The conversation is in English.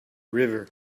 river